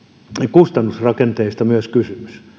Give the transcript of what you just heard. kustannusrakenteista myös kysymys